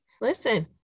listen